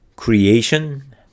Creation